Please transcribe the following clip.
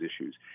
issues